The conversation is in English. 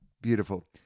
Beautiful